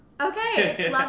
Okay